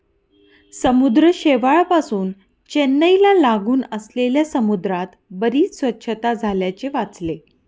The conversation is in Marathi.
समुद्र शेवाळापासुन चेन्नईला लागून असलेल्या समुद्रात बरीच स्वच्छता झाल्याचे वाचले